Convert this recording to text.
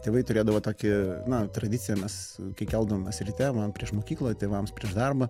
tėvai turėdavo tokį na tradiciją mes kai keldavomės ryte man prieš mokyklą tėvams prieš darbą